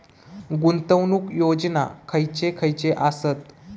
गुंतवणूक योजना खयचे खयचे आसत?